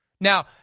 Now